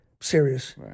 Serious